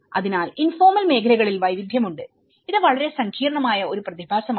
അതിനാൽഇൻഫോർമൽ മേഖലകളിൽ വൈവിധ്യമുണ്ട് ഇത് വളരെ സങ്കീർണ്ണമായ ഒരു പ്രതിഭാസമാണ്